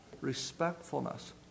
respectfulness